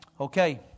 Okay